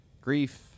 grief